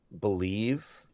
believe